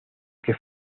que